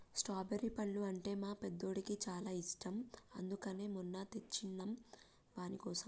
strawberry పండ్లు అంటే మా పెద్దోడికి చాలా ఇష్టం అందుకనే మొన్న తెచ్చినం వానికోసం